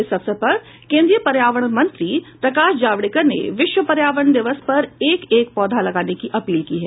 इस अवसर पर केन्द्रीय पर्यावरण मंत्री प्रकाश जावड़ेकर ने विश्व पर्यावरण दिवस पर एक एक पौधा लगाने की अपील की है